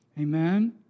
Amen